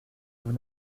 vous